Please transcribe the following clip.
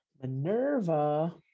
minerva